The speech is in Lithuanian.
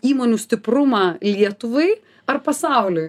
įmonių stiprumą lietuvai ar pasauliui